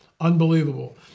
Unbelievable